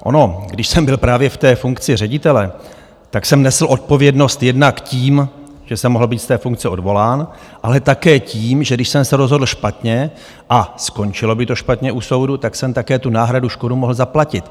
Ono když jsem byl právě ve funkci ředitele, tak jsem nesl odpovědnost jednak tím, že jsem mohl být z funkce odvolán, ale také tím, že když jsem se rozhodl špatně a skončilo by to špatně u soudu, tak jsem také tu náhradu škody mohl zaplatit.